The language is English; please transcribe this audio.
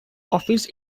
office